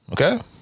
Okay